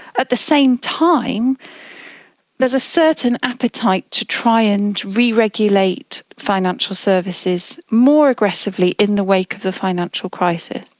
at the same time there is a certain appetite to try and re-regulate financial services more aggressively in the wake of the financial crisis,